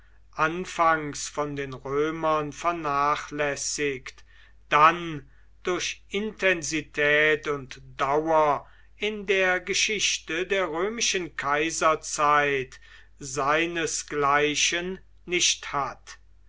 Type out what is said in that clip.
anfangs von den römern vernachlässigt dann durch intensität und dauer in der geschichte der römischen kaiserzeit seinesgleichen nicht hat